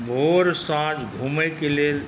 भोर साँझ घुमैके लेल